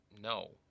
No